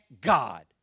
God